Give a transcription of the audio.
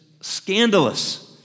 scandalous